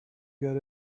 get